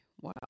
wow